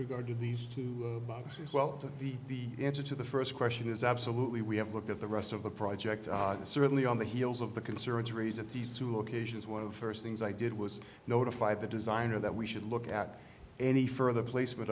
regard to these two boxes well the answer to the first question is absolutely we have looked at the rest of the project certainly on the heels of the concerns raised at these two locations one of things i did was notified the designer that we should look at any further placement